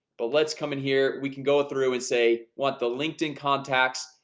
but let's come in here we can go through and say want the linkedin contacts,